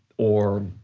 or,